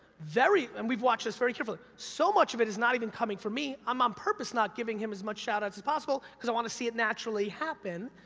and we've watched this very carefully, so much of it is not even coming from me, i'm on purpose not giving him as much shout-outs as possible, cause i want to see it naturally happen.